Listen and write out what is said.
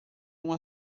uma